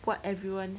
what everyone